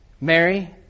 Mary